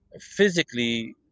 physically